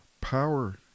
power